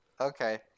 Okay